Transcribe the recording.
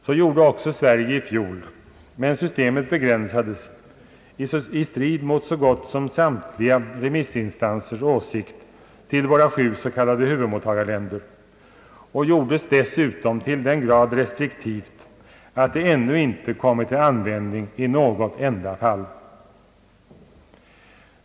Så gjorde också Sverige i fjol, men systemet begränsades — i strid mot så gott som samtliga remissinstansers åsikt — till våra sju så kallade huvudmottagarländer och gjordes dessutom till den grad restriktivt att det ännu inte kommit till användning i något enda fall.